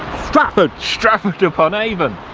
stratford. stratford-upon-avon